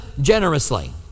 generously